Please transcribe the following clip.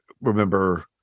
remember